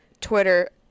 Twitter